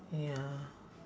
ya